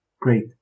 great